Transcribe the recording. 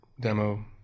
demo